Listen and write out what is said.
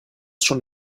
schon